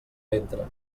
ventre